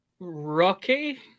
rocky